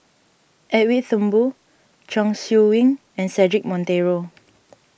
Edwin Thumboo Chong Siew Ying and Cedric Monteiro